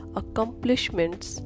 accomplishments